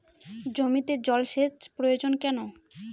জমিতে জল সেচ প্রয়োজন কেন?